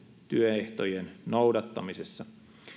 työehtojen noudattamisessa